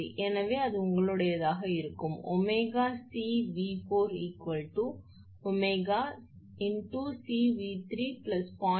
எனவே அது உங்களுடையதாக இருக்கும் 𝜔𝐶𝑉4 𝜔 𝐶𝑉3 0